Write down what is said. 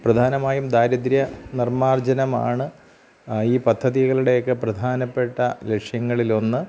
പ്രധാനമായും ദാരിദ്ര്യ നിർമാർജ്ജനമാണ് ഈ പദ്ധതികളുടെയൊക്കെ പ്രധാനപ്പെട്ട ലക്ഷ്യങ്ങളിലൊന്ന്